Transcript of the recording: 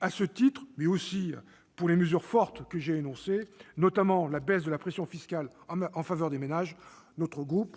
À ce titre, mais aussi pour les mesures fortes que j'ai énoncées, notamment la baisse de la pression fiscale en faveur des ménages, notre groupe